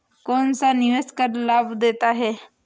कौनसा निवेश कर लाभ देता है?